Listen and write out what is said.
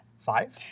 Five